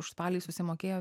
už spalį susimokėjo